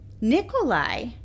Nikolai